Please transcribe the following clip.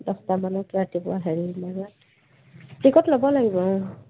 দছটামানত ৰাতিপুৱা হেৰি টিকট ল'ব লাগিব অঁ